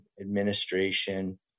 administration